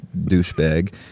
douchebag